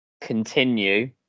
continue